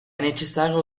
necessario